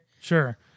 Sure